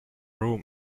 room